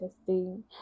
testing